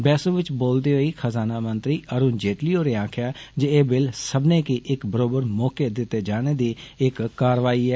बैहसू बिच बोलदे होई खजानामंत्री अरुण जेटली होरें आक्खेआ जे एह् बिल सब्बनें गी इक बरोबर मौके दिते जाने दी इक कारवाई ऐ